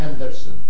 Anderson